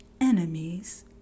enemies